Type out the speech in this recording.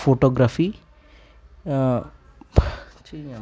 photography